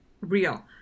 real